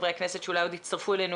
חברי הכנסת שאולי עוד יצטרפו אלינו,